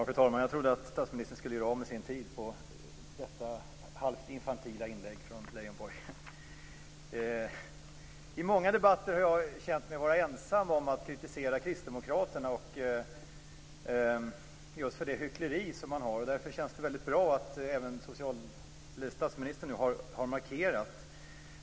Fru talman! Jag trodde att statsministern skulle göra av med sin tid på detta halvt infantila inlägg från I många debatter har jag känt mig vara ensam om att kritisera kristdemokraterna för deras hyckleri. Därför känns det bra att även statsministern har markerat.